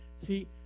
See